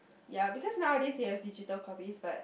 ya because nowadays you have digital copies but